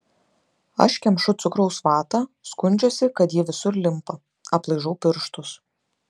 aš kemšu cukraus vatą skundžiuosi kad ji visur limpa aplaižau pirštus